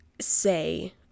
say